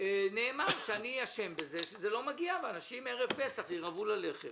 נאמר שאני אשם בזה שזה לא מגיע ואנשים ערב פסח ירעבו ללחם